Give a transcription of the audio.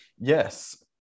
Yes